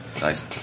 nice